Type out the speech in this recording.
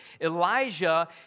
Elijah